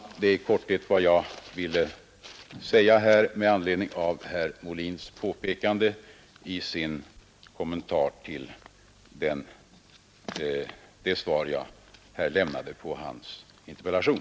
Detta är i korthet vad iag ville säga med anledning av herr Molins påpekanden i kommentaren till det svar jag lämnade på hans interpellation.